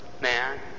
man